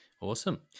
Awesome